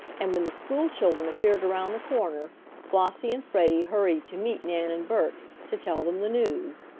and when the school children appeared around the corner flossie and freddie hurried to meet nan and bert, to tell them the news.